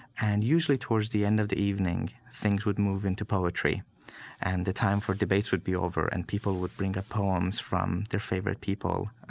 and usually towards the end of the evening, things would move into poetry and the time for debates would be over and people would bring the ah poems from their favorite people,